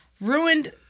Ruined